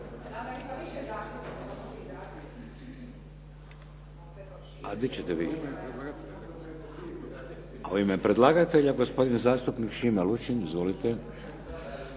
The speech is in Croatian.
od Kamenitih vrata. U ime predlagatelja gospodin zastupnik Šime Lučin. Izvolite.